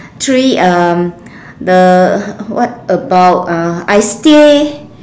three um the what about uh I stay